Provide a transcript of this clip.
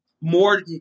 more